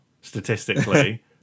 statistically